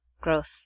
growth